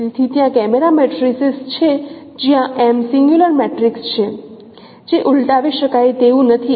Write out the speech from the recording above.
તેથી ત્યાં camera matrices છે જ્યાં M સિંગલ્યુલર મેટ્રિક્સ છે જે ઉલટાવી શકાય તેવું નથી